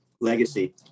Legacy